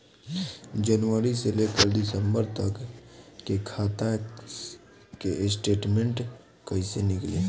जनवरी से लेकर दिसंबर तक के खाता के स्टेटमेंट कइसे निकलि?